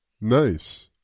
Nice